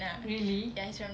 really